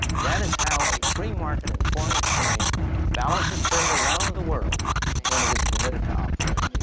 that is how a free market and foreign exchange balances trade around the world when it is permitted to operate.